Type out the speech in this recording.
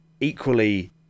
equally